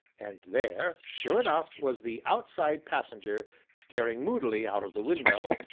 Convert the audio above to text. and there, sure enough, was the outside passenger staring moodily out of the window,